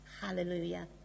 Hallelujah